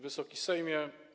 Wysoki Sejmie!